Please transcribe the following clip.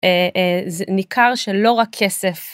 זה ניכר שלא רק כסף.